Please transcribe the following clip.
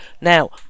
Now